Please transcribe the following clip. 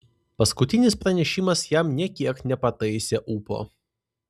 paskutinis pranešimas jam nė kiek nepataisė ūpo